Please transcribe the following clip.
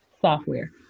software